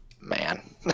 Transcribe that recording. man